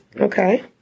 Okay